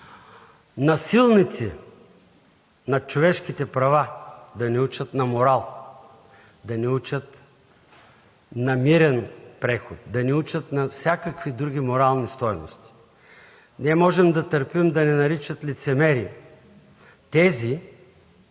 насилници над човешките права да ни учат на морал, да ни учат на мирен преход, да ни учат на всякакви други морални стойности. Ние можем да търпим да ни наричат „лицемери“ –